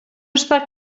està